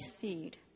seed